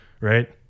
Right